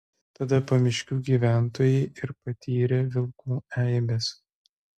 tada pamiškių gyventojai ir patyrė vilkų eibes